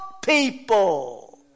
People